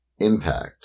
impact